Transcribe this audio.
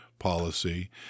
policy